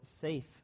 safe